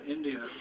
India